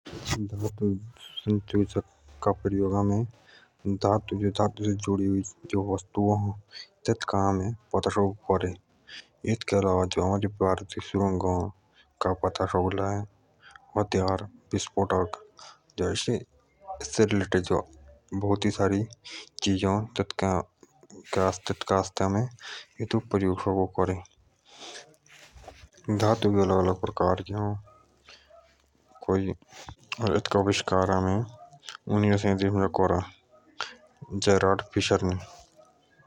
धातु ससूचक का प्रयोग हमे जो इटोक लिया जोड़िए अ का पता शकों करे इतिहोक के अलावा जो सुरंग का पता हथियार से जुड़िए का पता शकों करे धातु अलग अलग प्रकार की अ एथॉकापता जेरोड फिशर रे करा।